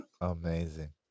Amazing